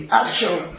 actual